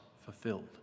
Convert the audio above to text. fulfilled